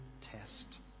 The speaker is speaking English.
test